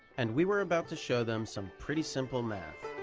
and we were about to show them some pretty simple math.